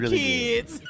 kids